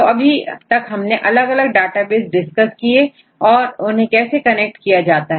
तो अभी तक हमने अलग अलग डेटाबेस डिस्कस किए इन्हें कैसे कनेक्ट किया जाता है